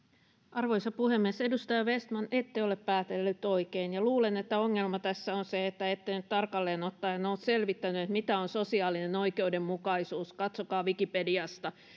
arvoisa puhemies edustaja vestman ette ole päätellyt oikein luulen että ongelma tässä on se että ette nyt tarkalleen ottaen ole selvittänyt mitä on sosiaalinen oikeudenmukaisuus katsokaa wikipediasta